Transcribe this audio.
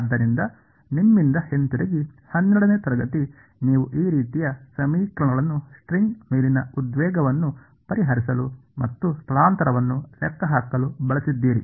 ಆದ್ದರಿಂದ ನಿಮ್ಮಿಂದ ಹಿಂತಿರುಗಿ 12 ನೇ ತರಗತಿ ನೀವು ಈ ರೀತಿಯ ಸಮೀಕರಣಗಳನ್ನು ಸ್ಟ್ರಿಂಗ್ ಮೇಲಿನ ಉದ್ವೇಗವನ್ನು ಪರಿಹರಿಸಲು ಮತ್ತು ಸ್ಥಳಾಂತರವನ್ನು ಲೆಕ್ಕಹಾಕಲು ಬಳಸಿದ್ದೀರಿ